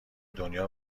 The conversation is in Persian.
دنیا